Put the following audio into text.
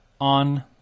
on